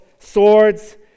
swords